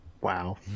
wow